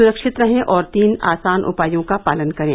सुरक्षित रहें और तीन आसान उपायों का पालन करें